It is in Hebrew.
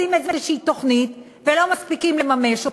עושים איזושהי תוכנית ולא מספיקים לממש אותה,